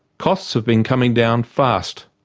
costs have been coming down fast.